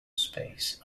space